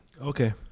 Okay